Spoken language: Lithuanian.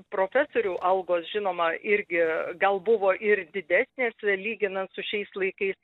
profesorių algos žinoma irgi gal buvo ir didesnės lyginant su šiais laikais